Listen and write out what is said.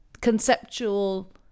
conceptual